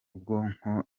ubwonko